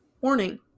Warning